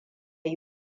yi